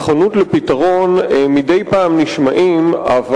כיוון שהדיבורים על נכונות לפתרון נשמעים מדי פעם,